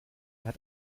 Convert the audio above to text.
hat